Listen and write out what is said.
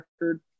record